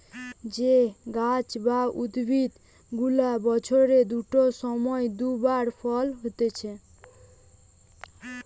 যে গাছ বা উদ্ভিদ গুলা বছরের দুটো সময় দু বার ফল হতিছে